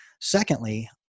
Secondly